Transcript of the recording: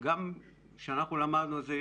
כשאנחנו למדנו את זה,